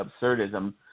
absurdism